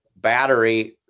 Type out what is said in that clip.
battery